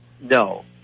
No